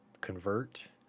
convert